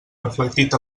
reflectit